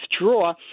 withdraw